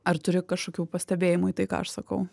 ar turi kažkokių pastebėjimų į tai ką aš sakau